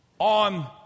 On